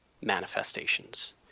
manifestations